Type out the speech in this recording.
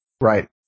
Right